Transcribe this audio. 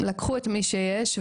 לקחו את מי שיש,